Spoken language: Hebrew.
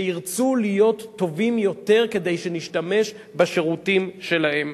שירצו להיות טובים יותר כדי שנשתמש בשירותים שלהם.